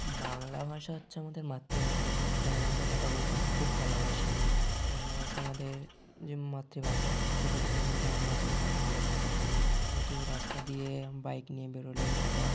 বাংলা ভাষা হচ্ছে আমাদের মাতৃভাষা আর কি বাংলা ভাষায় কথা বলতে আমরা খুব ভালোবাসি বাংলা ভাষা আমাদের যে মাতৃভাষা ছোটো থেকেই আমরা বাংলা ভাষাতে কথা বলে এসেছি কিন্তু রাস্তা দিয়ে বাইক নিয়ে বেরোলে একটা